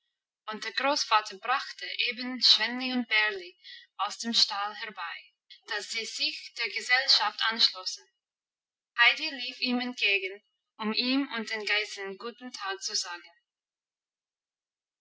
und der großvater brachte eben schwänli und bärli aus dem stall herbei dass sie sich der gesellschaft anschlossen heidi lief ihm entgegen um ihm und den geißen guten tag zu sagen